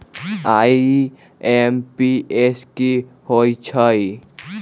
IMPS की होईछइ?